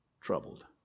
troubled